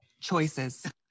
Choices